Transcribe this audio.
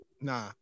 Nah